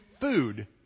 food